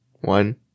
One